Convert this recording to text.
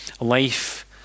life